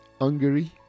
hungary